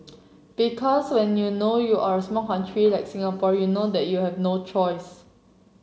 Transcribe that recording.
because when you know you are a small country like Singapore you know that you have no choice